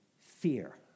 fear